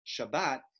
shabbat